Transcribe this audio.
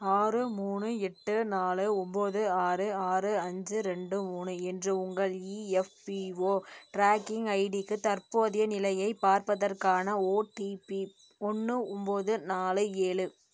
ஆறு மூணு எட்டு நாலு ஒம்போது ஆறு ஆறு அஞ்சு ரெண்டு மூணு என்ற உங்கள் இஎஃப்பிஓ ட்ராக்கிங் ஐடிக்கு தற்போதைய நிலையைப் பார்ப்பதற்கான ஓடிபி ஒன்று ஒம்போது நாலு ஏழு